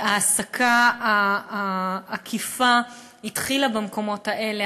ההעסקה העקיפה התחילה במקומות האלה,